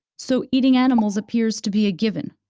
so eating animals appears to be a given,